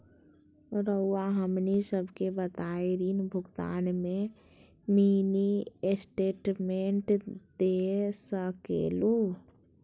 रहुआ हमनी सबके बताइं ऋण भुगतान में मिनी स्टेटमेंट दे सकेलू?